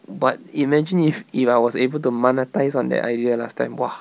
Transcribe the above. but imagine if if I was able to monetise on that idea last time !wah!